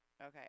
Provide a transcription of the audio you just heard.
Okay